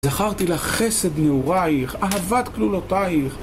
זכרתי לך חסד נעורייך, אהבת כלולותייך.